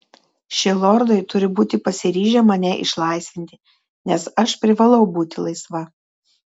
šie lordai turi būti pasiryžę mane išlaisvinti nes aš privalau būti laisva